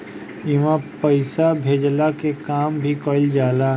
इहवा पईसा भेजला के काम भी कइल जाला